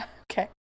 Okay